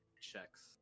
checks